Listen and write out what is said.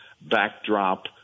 backdrop